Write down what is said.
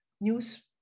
news